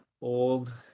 old